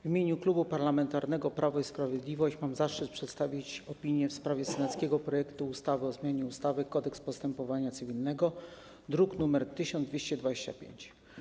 W imieniu Klubu Parlamentarnego Prawo i Sprawiedliwość mam zaszczyt przedstawić opinię w sprawie senackiego projektu ustawy o zmianie ustawy - Kodeks postępowania cywilnego, druk nr 1225.